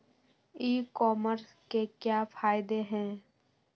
ई commerce के क्या फायदे हैं?